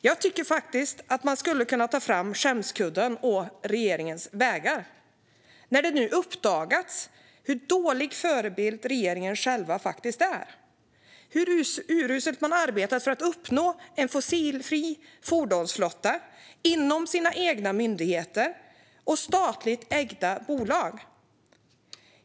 Jag tycker faktiskt att man skulle kunna ta fram skämskudden å regeringens vägnar när det nu uppdagats hur dålig förebild regeringen själv är och hur uruselt den arbetar för att uppnå en fossilfri fordonsflotta inom sina egna myndigheter och statligt ägda bolag.